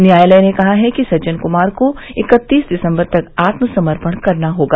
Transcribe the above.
न्यायालय ने कहा कि सज्जन कुमार को इक्कतीस दिसम्बर तक आत्मसमर्पण करना होगा